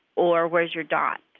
or, where's your dot?